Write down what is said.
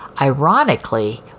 Ironically